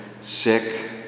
sick